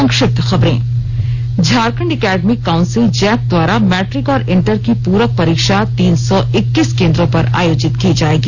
संक्षिप्त खबरें Jharkhand academic council JAC द्वारा मैट्रिक और इंटर की पूरक परीक्षा तीन सौ इक्कीस केन्द्रों पर आयोजित की जाएगी